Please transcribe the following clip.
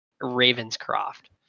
Ravenscroft